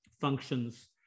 functions